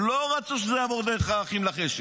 הם לא רצו שזה יעבור דרך האחים לחשק.